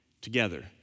together